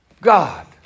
God